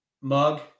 mug